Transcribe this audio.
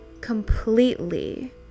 completely